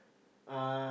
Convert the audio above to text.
uh